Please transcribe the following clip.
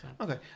Okay